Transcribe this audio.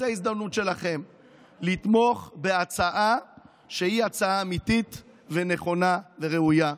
זו ההזדמנות שלכם לתמוך בהצעה שהיא הצעה אמיתית ונכונה וראויה.